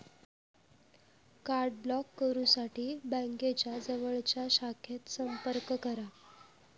card block करुसाठी बँकेच्या जवळच्या शाखेत संपर्क करा